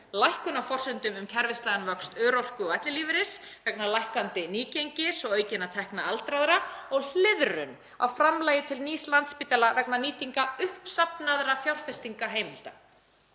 lækkun á forsendum um kerfislægan vöxt örorku- og ellilífeyris vegna lækkandi nýgengis örorku og aukinna tekna aldraðra og hliðrunar á framlagi til nýs Landspítala vegna nýtingar uppsafnaðra fjárfestingarheimilda.“